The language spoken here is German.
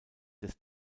des